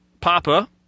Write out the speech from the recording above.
Papa